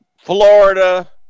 Florida